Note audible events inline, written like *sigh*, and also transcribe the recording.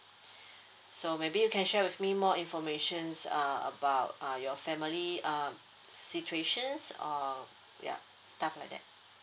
*breath* so maybe you can share with me more information uh about uh your family uh situations or ya stuff like that